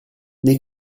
nel